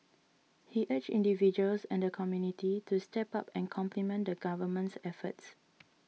he urged individuals and community to step up and complement the Government's efforts